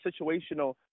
situational